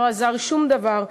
לא עזר שום דבר,